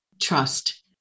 trust